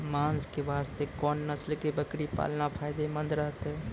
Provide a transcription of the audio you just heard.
मांस के वास्ते कोंन नस्ल के बकरी पालना फायदे मंद रहतै?